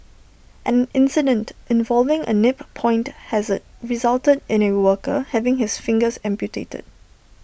an incident involving A nip point hazard resulted in A worker having his fingers amputated